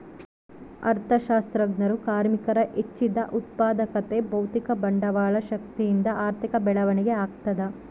ಅರ್ಥಶಾಸ್ತ್ರಜ್ಞರು ಕಾರ್ಮಿಕರ ಹೆಚ್ಚಿದ ಉತ್ಪಾದಕತೆ ಭೌತಿಕ ಬಂಡವಾಳ ಶಕ್ತಿಯಿಂದ ಆರ್ಥಿಕ ಬೆಳವಣಿಗೆ ಆಗ್ತದ